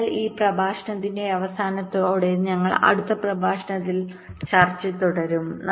അതിനാൽ ഈ പ്രഭാഷണത്തിന്റെ അവസാനത്തോടെ ഞങ്ങൾ അടുത്ത പ്രഭാഷണത്തിൽ ചർച്ച തുടരും